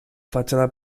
fachada